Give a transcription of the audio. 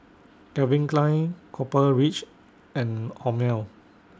Calvin Klein Copper Ridge and Hormel